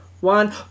one